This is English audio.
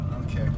Okay